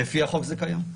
לפי החוק זה קיים.